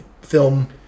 film